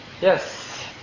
Yes